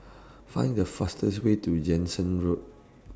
Find The fastest Way to Jansen Road